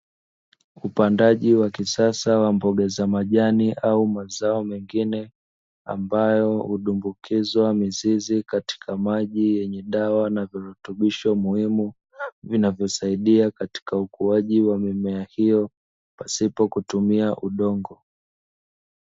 Upandaji wa kisasa wa mboga za majani au mazao mengine, ambayo hudumbukizwa mizizi katika maji yenye dawa na virutubisho muhimu, vinavyosaidia kwa ukuaji katika mimea hiyo, pasipo kutumia udongo.